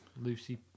Lucy